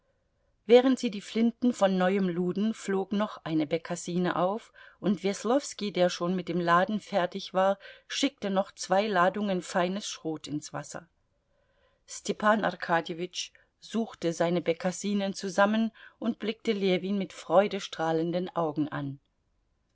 während sie die flinten von neuem luden flog noch eine bekassine auf und weslowski der schon mit dem laden fertig war schickte noch zwei ladungen feines schrot ins wasser stepan arkadjewitsch suchte seine bekassinen zusammen und blickte ljewin mit freudestrahlenden augen an